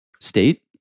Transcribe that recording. state